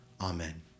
Amen